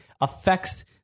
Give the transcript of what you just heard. affects